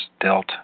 dealt